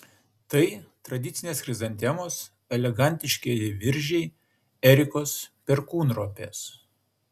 tai tradicinės chrizantemos elegantiškieji viržiai erikos perkūnropės